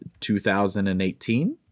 2018